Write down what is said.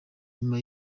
nyuma